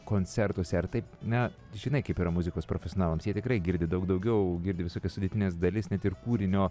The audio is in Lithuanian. koncertuose ar taip na žinai kaip yra muzikos profesionalams jie tikrai girdi daug daugiau girdi visokias sudėtines dalis net ir kūrinio